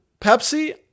Pepsi